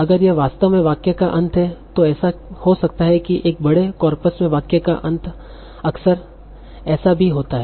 अगर यह वास्तव में वाक्य का अंत है तो ऐसा हो सकता है कि एक बड़े कॉर्पस में वाक्य का अंत अक्सर ऐसे भी होता है